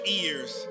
ears